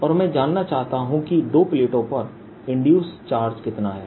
और मैं जानना चाहता हूं कि दो प्लेटों पर इंड्यूस चार्ज कितना हैं